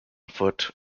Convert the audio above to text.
foot